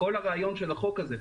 כל הרעיון של החוק הזה,